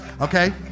okay